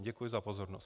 Děkuji za pozornost.